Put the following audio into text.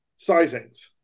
sizings